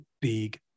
big